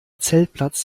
zeltplatz